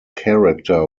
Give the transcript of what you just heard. character